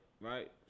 right